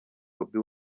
bobi